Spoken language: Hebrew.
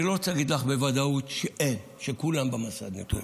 אני לא רוצה להגיד לך בוודאות שכולם במסד נתונים.